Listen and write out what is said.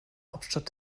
hauptstadt